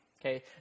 okay